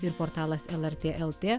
ir portalas lrt lt